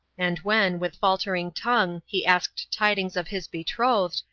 and when, with faltering tongue, he asked tidings of his betrothed,